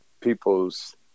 people's